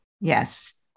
yes